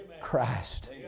Christ